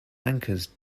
anchors